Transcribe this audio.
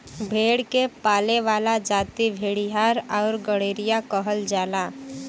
भेड़ के पाले वाला जाति भेड़ीहार आउर गड़ेरिया कहल जाला